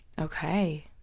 Okay